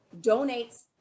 donates